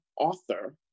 author